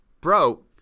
bro